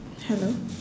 hello